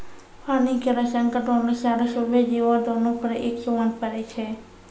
पानी केरो संकट मनुष्य आरो सभ्भे जीवो, दोनों पर एक समान पड़ै छै?